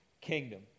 kingdom